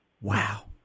Wow